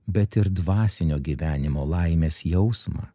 bet ir dvasinio gyvenimo laimės jausmą